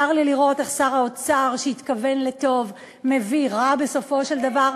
צר לי לראות איך שר האוצר שהתכוון לטוב מביא רע בסופו של דבר.